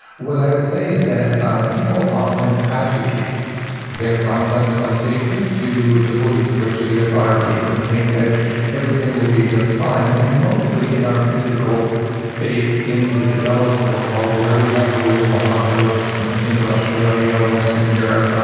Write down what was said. what i would say is that people often advocate their concept of safety to the police or to the authorities and think that everything will be just fine. and mostly in our physical space, in the developed world, where we have rule of law. so you know think australia, western europe, but